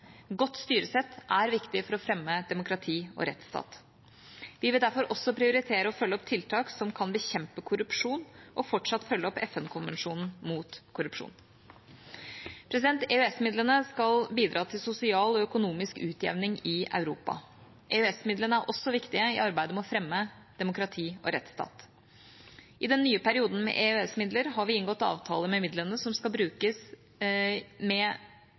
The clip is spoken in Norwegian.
Godt styresett er viktig for å fremme demokrati og rettsstat. Vi vil derfor også prioritere å følge opp tiltak som kan bekjempe korrupsjon, og fortsatt følge opp FN-konvensjonen mot korrupsjon. EØS-midlene skal bidra til sosial og økonomisk utjevning i Europa. EØS-midlene er også viktige i arbeidet med å fremme demokrati og rettsstat. I den nye perioden med EØS-midler har vi inngått avtaler om hva midlene skal brukes til, med